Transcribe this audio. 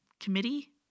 Committee